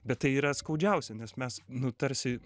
bet tai yra skaudžiausia nes mes nu tarsi